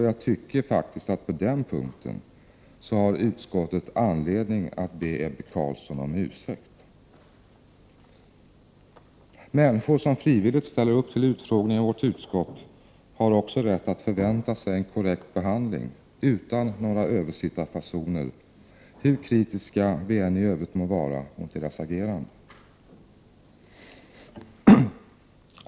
Jag tycker att utskottet på den punkten har anledning att be Ebbe Carlsson om ursäkt. Människor som frivilligt ställer upp till utfrågning i vårt utskott har rätt att förvänta sig en korrekt behandling utan några översittarfasoner hur kritiska vi än i övrigt må vara mot deras agerande.